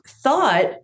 thought